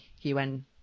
UN